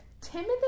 timothy